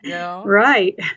Right